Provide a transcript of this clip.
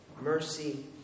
mercy